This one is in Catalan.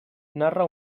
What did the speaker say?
narra